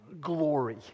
glory